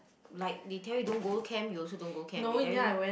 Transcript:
like they tell you don't go camp you also don't go camp they tell you